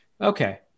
okay